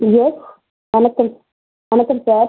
S வணக்கம் வணக்கம் sir